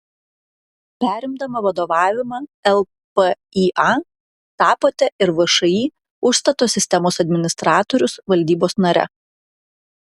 perimdama vadovavimą lpįa tapote ir všį užstato sistemos administratorius valdybos nare